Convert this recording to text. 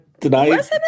tonight